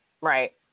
Right